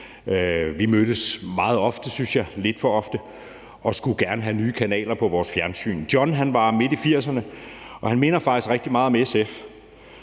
vi mødtes meget ofte, synes jeg, lidt for ofte, og skulle gerne have nye kanaler på vores fjernsyn. John var midt i 80'erne, og han minder faktisk rigtig meget om SF,